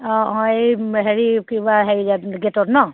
অঁ অঁ এই হেৰি কিবা হেৰিয়াত গেটত ন